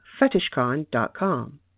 fetishcon.com